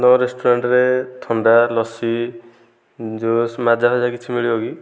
ତୁମ ରେଷ୍ଟୁରାଣ୍ଟରେ ଥଣ୍ଡା ଲସି ଜୁସ୍ ମାଜା ଫାଜା କିଛି ମିଳିବ କି